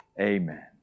Amen